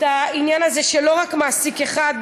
את העניין הזה שלא רק מעסיק אחד,